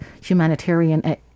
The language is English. humanitarian